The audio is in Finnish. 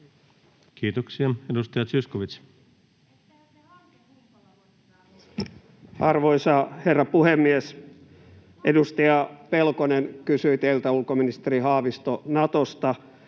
Time: 16:41 Content: Arvoisa herra puhemies! Edustaja Pelkonen kysyi teiltä, ulkoministeri Haavisto, Natosta,